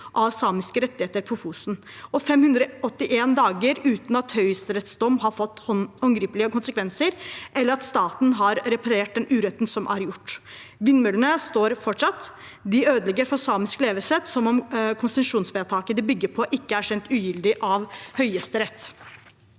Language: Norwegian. på samiske rettigheter på Fosen, 581 dager uten at Høyesteretts dom har fått håndgripelige konsekvenser, eller at staten har reparert den uretten som er gjort. Vindmøllene står fortsatt. De ødelegger for samisk levesett, som om konsesjonsvedtaket de bygger på, ikke er kjent ugyldig av Høyesterett.